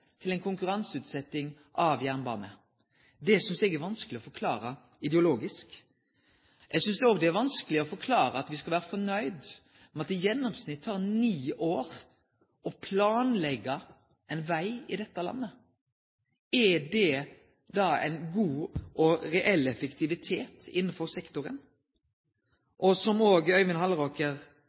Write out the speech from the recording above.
frå ein ideologi – men seier nei til konkurranseutsetjing av jernbane. Det synest eg er vanskeleg å forklare ideologisk. Eg synest òg det er vanskeleg å forklare at vi skal vere fornøgde med at det i gjennomsnitt tek ni år å planleggje ein veg i dette landet. Har ein da ein god og reell effektivitet innanfor sektoren? Som